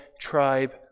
tribe